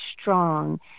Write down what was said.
strong